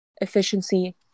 efficiency